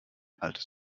altes